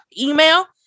email